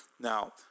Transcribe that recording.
Now